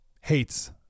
hates